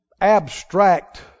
abstract